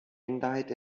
minderheit